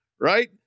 right